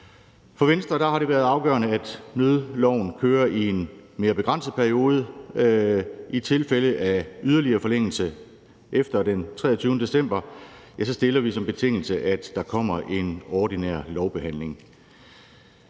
For Venstre har det været afgørende, at nødloven kører i en mere begrænset periode. I tilfælde af yderligere forlængelse efter den 23. december stiller vi som betingelse, at der kommer en ordinær lovbehandling.